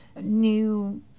new